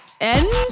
End